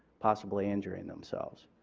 possibly injuring themselves.